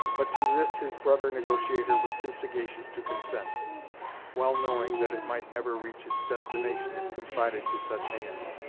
but to this his brother negotiator was too sagacious to consent well knowing that it might never reach its destination if confided to such hands.